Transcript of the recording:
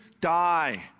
die